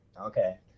Okay